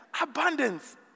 abundance